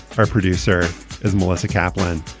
our producer is melissa kaplan.